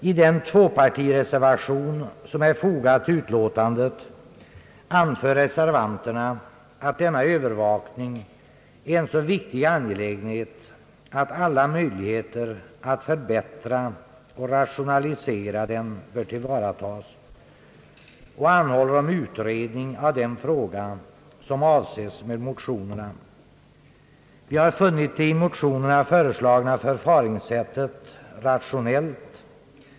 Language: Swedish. I den tvåpartireservation som är fogad till utlåtandet anför reservanterna, att denna övervakning är en så viktig angelägenhet att alla möjligheter att förbättra och rationalisera den bör tillvaratas, och de anhåller om utredning av den fråga som avses med motionerna. Vi har funnit det i motionerna föreslagna förfaringssättet rationellt.